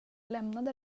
lämnade